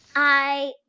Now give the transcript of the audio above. i,